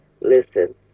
listen